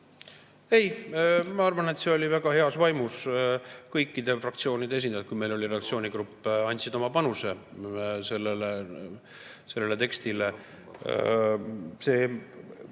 Ei, ma arvan, et see oli väga heas vaimus. Kõikide fraktsioonide esindajad, kui meil oli redaktsioonigrupp, andsid oma panuse sellele tekstile.